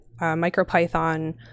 MicroPython